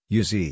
uz